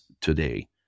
today